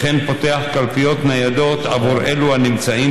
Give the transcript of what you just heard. וכן פותח קלפיות ניידות בעבור הנמצאים